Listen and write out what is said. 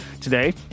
Today